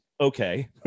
okay